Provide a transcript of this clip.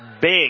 big